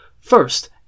First